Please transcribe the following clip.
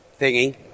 thingy